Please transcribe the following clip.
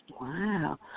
Wow